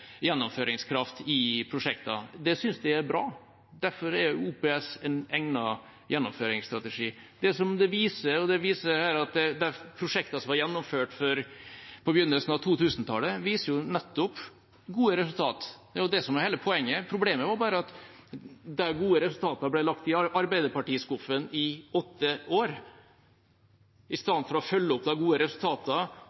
gjennomføringskraft i prosjektene. Det synes jeg er bra. Derfor er OPS en egnet gjennomføringsstrategi. Det dette viser, og det de prosjektene som ble gjennomført på begynnelsen av 2000-tallet, viser, er jo nettopp gode resultater. Det er hele poenget. Problemet er bare at de gode resultatene ble lagt i Arbeiderparti-skuffen i åtte år.